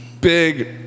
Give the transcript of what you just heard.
Big